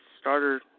starter